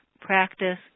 practice